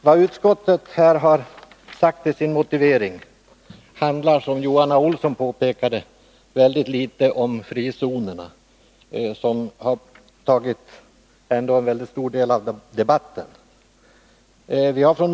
Vad utskottet säger i sin motivering handlar, som Johan Olsson påpekade, väldigt litet om frizonerna, en fråga som ändå har upptagit en stor del av debatten.